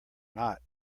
not